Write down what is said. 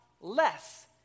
less